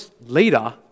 leader